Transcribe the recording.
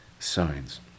Signs